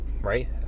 right